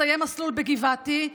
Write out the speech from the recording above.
מסיים מסלול בגבעתי,